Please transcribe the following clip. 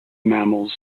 mammals